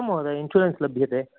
महोदया इन्शुरेन्स् लभ्यते